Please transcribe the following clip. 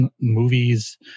movies